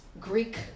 Greek